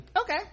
okay